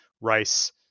rice